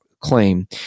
claim